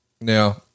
Now